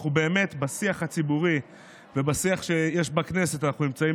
באמת בשיח הציבורי ובשיח שיש בכנסת אנחנו נמצאים